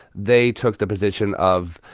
they took the position of,